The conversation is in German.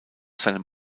seinem